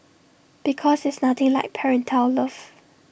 because there's nothing like parental love